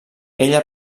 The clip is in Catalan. ella